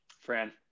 Fran